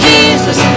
Jesus